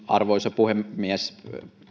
arvoisa puhemies